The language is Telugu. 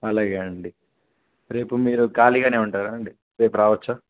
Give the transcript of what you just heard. అలాగే అండి రేపు మీరు ఖాళీగానే ఉంటారా అండి రేపు రావచ్చా